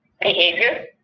behavior